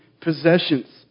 possessions